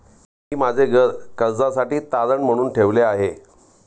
मी माझे घर कर्जासाठी तारण म्हणून ठेवले आहे